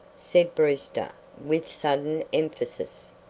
said brewster, with sudden emphasis.